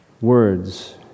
words